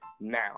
now